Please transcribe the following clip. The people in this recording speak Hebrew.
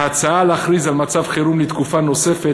ההצעה להכריז על מצב חירום לתקופה נוספת